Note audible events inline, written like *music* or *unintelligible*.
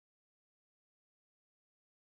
*unintelligible*